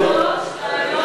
רויטל סויד,